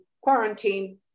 quarantine